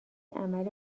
عمل